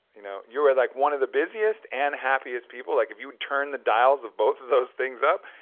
you know you are like one of the busiest and happiest people, like if you would turn the dials of both of those things up,